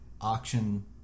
auction